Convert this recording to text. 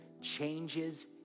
changes